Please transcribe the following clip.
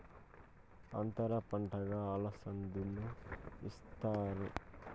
అంతర పంటగా అలసందను ఇత్తుతారు